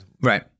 Right